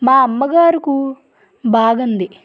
మా అమ్మ గారికు బాగుంది